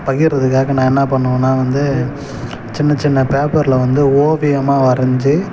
பகிர்றதுக்காக நான் என்ன பண்ணுவேன்னா வந்து சின்ன சின்ன பேப்பரில் வந்து ஓவியமாக வரைஞ்சு